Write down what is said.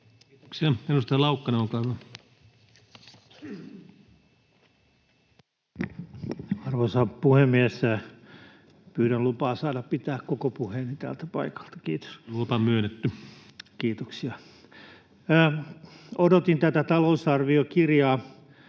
Kiitoksia. — Edustaja Laukkanen, olkaa hyvä. Arvoisa puhemies! Pyydän lupaa saada pitää koko puheeni täältä paikalta, kiitos. [Puhemies: Lupa myönnetty!] — Kiitoksia. Odotin tätä talousarviokirjaa